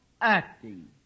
acting